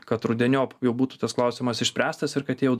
kad rudeniop jau būtų tas klausimas išspręstas ir kad jau